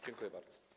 Dziękuję bardzo.